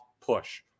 push